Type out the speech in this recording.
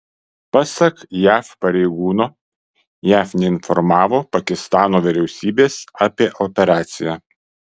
pasak jav pareigūno jav neinformavo pakistano vyriausybės apie operaciją